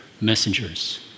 messengers